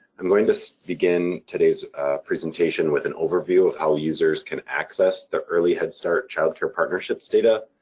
i'm going to begin today's presentation with an overview of how users can access the early head start-child care partnerships data.